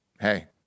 hey